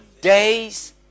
days